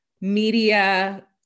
media